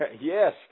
yes